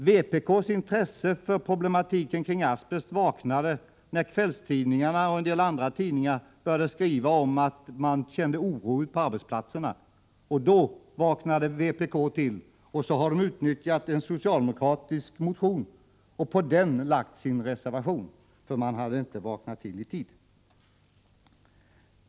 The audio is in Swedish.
Vpk:s intresse för problematiken kring asbest vaknade först när kvällstidningarna och en del andra tidningar började skriva om att man kände oro ute på arbetsplatserna. Då vaknade vpk till. Så har de utnyttjat en socialdemokratisk motion och på grundval av denna lagt sin reservation.